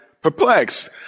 perplexed